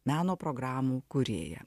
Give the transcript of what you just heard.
meno programų kūrėja